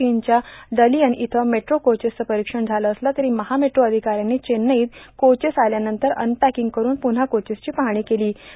चीनच्या डर्ाालयन इथं मेट्रो कोचेसचं परीक्षण झालं असलं तरी महा मेट्रो अर्धकाऱ्यांनी चेन्नईत कोचेस आल्यानंतर अनपॅकंग करून पुन्हा कोचेसची पाहणी केलों